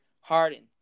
Harden